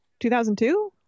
2002